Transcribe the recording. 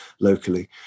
locally